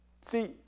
see